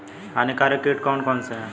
हानिकारक कीट कौन कौन से हैं?